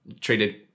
treated